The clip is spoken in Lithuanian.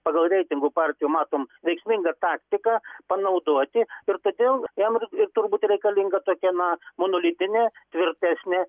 pagal reitingų partijų matom veiksmingą taktiką panaudoti ir todėl jam ir turbūt reikalinga tokia na monolitinė tvirtesnė